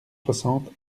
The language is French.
soixante